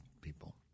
people